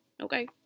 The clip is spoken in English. Okay